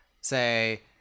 say